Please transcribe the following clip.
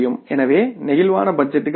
எனவே பிளேக்சிபிள் பட்ஜெட்டுகள் என்ன